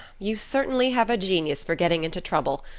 you certainly have a genius for getting into trouble.